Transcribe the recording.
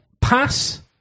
pass